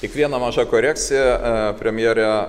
kiekviena maža korekcija a premjere